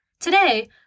Today